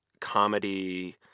comedy